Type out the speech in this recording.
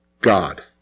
God